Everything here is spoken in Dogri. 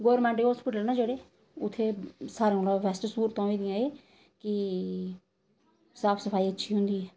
गौरमेंट हॉस्पिटल ना जेह्ड़े उ'त्थें सारें कोला बेस्ट स्हूलतां होई दियां एह् कि साफ सफाई अच्छी होंदी